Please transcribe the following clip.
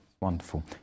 Wonderful